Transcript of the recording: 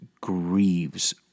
grieves